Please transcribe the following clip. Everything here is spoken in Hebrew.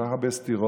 כל כך הרבה סתירות,